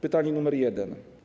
Pytanie nr 1.